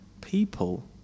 people